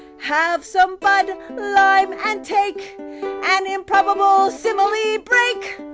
have some bud lime and take an improbable simile break.